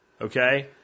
okay